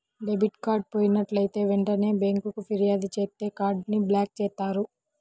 debit card పోయినట్లైతే వెంటనే బ్యేంకుకి ఫిర్యాదు చేత్తే కార్డ్ ని బ్లాక్ చేత్తారు